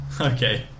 Okay